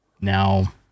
now